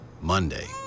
Monday